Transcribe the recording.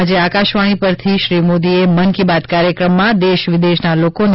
આજે આકાશવાણી પરથી શ્રી મોદીએ મન કી બાત કાર્યક્રમમાં દેશવિદેશના લોકોને